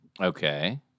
Okay